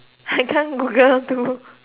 I can't Google too